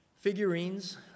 Figurines